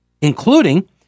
including